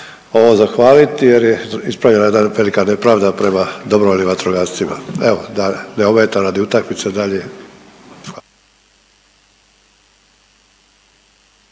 ovom zahvaliti jer je ispravljena jedna velika nepravda prema dobrovoljnim vatrogascima. Evo da ne ometam radi utakmice dalje.